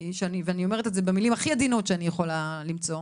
ואני אומרת את זה במילים הכי עדינות שאני יכולה למצוא,